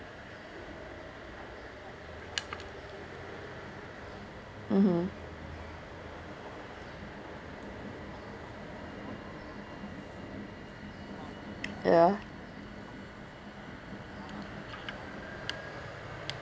mmhmm ya